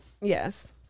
Yes